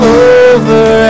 over